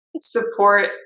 support